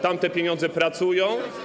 Tam te pieniądze pracują.